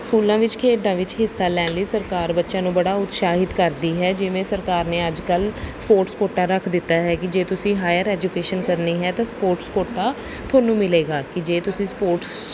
ਸਕੂਲਾਂ ਵਿੱਚ ਖੇਡਾਂ ਵਿੱਚ ਹਿੱਸਾ ਲੈਣ ਲਈ ਸਰਕਾਰ ਬੱਚਿਆਂ ਨੂੰ ਬੜਾ ਉਤਸਾਹਿਤ ਕਰਦੀ ਹੈ ਜਿਵੇਂ ਸਰਕਾਰ ਨੇ ਅੱਜ ਕੱਲ੍ਹ ਸਪੋਰਟਸ ਕੋਟਾ ਰੱਖ ਦਿੱਤਾ ਹੈ ਕਿ ਜੇ ਤੁਸੀਂ ਹਾਇਰ ਐਜੂਕੇਸ਼ਨ ਕਰਨੀ ਹੈ ਤਾਂ ਸਪੋਰਟਸ ਕੋਟਾ ਤੁਹਾਨੂੰ ਮਿਲੇਗਾ ਕਿ ਜੇ ਤੁਸੀਂ ਸਪੋਰਟਸ 'ਚ